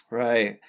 right